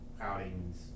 outings